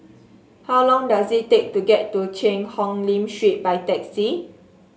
how long does it take to get to Cheang Hong Lim Street by taxi